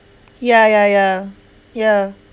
ya ya ya ya